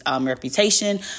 reputation